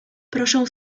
proszę